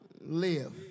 live